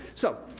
so,